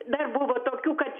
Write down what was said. bet buvo tokių kad